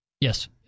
Yes